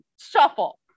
shuffle